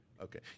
Okay